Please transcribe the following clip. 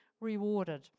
rewarded